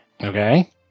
Okay